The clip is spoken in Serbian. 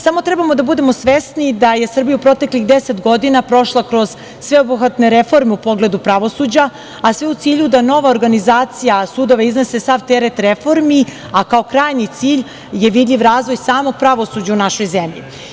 Samo treba da budemo svesni da je Srbija u proteklih 10 godina prošla kroz sveobuhvatne reforme u pogledu pravosuđa, a sve u cilju da nova organizacija, sudova iznese sav teret reformi, a kao krajnji cilj je vidljiv samo razvoj u samom pravosuđu u našoj zemlji.